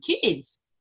kids